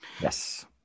Yes